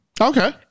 Okay